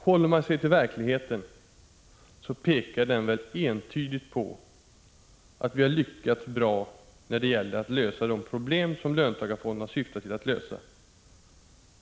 Håller man sig till verkligheten pekar den entydigt på att vi lyckats bra med att lösa de problem som löntagarfonderna har syftat till att lösa.